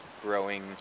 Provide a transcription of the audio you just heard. growing